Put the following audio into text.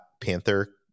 Panther